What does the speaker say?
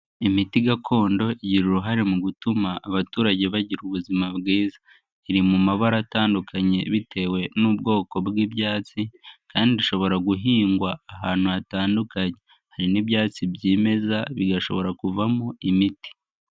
Imiti gakondo igira uruhare mu gutuma abaturage bagira ubuzima bwiza, iri mu mabara atandukanye bitewe n'ubwoko bw'ibyatsi, kandi ishobora guhingwa ahantu hatandukanye, hari n'ibyatsi byimeza bigashobora kuvamo imiti.